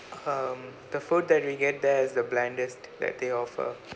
um the food that we get there is the blandest that they offer